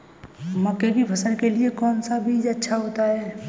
मक्का की फसल के लिए कौन सा बीज अच्छा होता है?